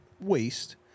waste